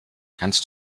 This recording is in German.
kannst